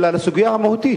אלא לסוגיה המהותית,